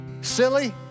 Silly